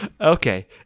Okay